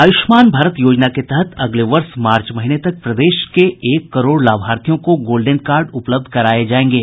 आय़्ष्मान भारत योजना के तहत अगले वर्ष मार्च महीने तक प्रदेश के एक करोड़ लाभार्थियों को गोल्डन कार्ड उपलब्ध कराने का लक्ष्य रखा गया है